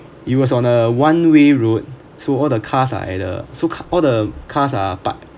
it was on a one way road so all the cars are at the so ca~ all the cars are parked